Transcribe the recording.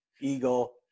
eagle